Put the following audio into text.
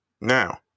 Now